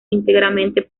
íntegramente